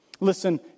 Listen